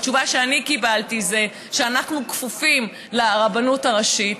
התשובה שאני קיבלתי היא: אנחנו כפופים לרבנות הראשית.